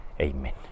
Amen